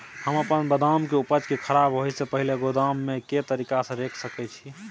हम अपन बदाम के उपज के खराब होय से पहिल गोदाम में के तरीका से रैख सके छी?